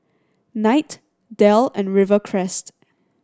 Knight Dell and Rivercrest